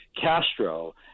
Castro